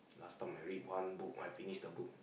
last time I read one book I finish the book